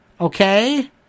Okay